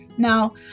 Now